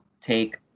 take